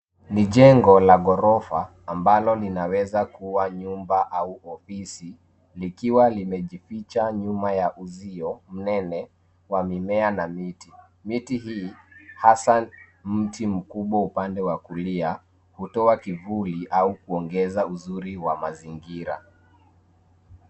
Ni jengo la ghorofa ambalo linaweza kuwa nyumba au ofisi likiwa limejificha nyuma ya uzio wa mimea na miti. .Miti hii, hasa mti mkubwa upande wa kulia hutoa kivuli au kuongeza uzuri wa mazingira.